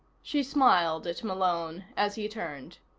she smiled at malone as he turned.